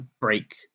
break